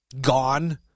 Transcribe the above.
gone